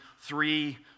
three